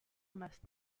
must